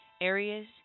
areas